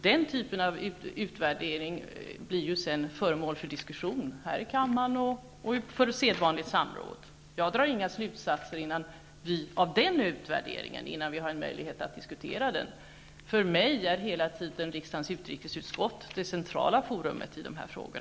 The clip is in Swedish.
Den utvärderingen skall sedan bli föremål för diskussion här i kammaren och för sedvanligt samråd. Jag drar inga slutsatser av utvärderingen innan vi har diskuterat den. För mig är riksdagens utrikesutskott hela tiden det centrala forumet för dessa frågor.